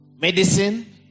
medicine